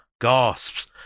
gasps